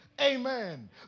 Amen